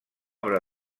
obra